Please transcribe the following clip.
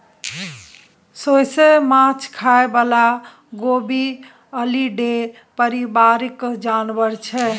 सोंइस माछ खाइ बला गेबीअलीडे परिबारक जानबर छै